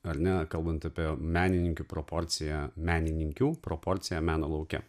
ar ne kalbant apie menininkių proporciją menininkių proporcija meno lauke